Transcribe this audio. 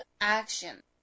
action